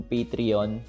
Patreon